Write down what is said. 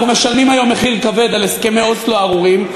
אנחנו משלמים היום מחיר כבד על הסכמי אוסלו הארורים.